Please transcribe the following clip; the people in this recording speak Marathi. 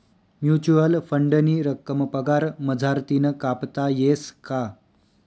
म्युच्युअल फंडनी रक्कम पगार मझारतीन कापता येस का?